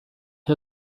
who